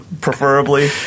preferably